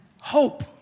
hope